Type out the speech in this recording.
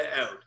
out